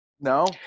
No